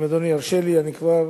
אם אדוני ירשה לי, במקום